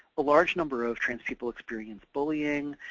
large number of trans people experience bullying,